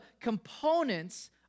components